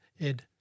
Ed